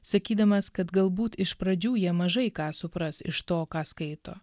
sakydamas kad galbūt iš pradžių jie mažai ką supras iš to ką skaito